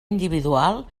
individual